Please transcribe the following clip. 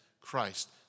Christ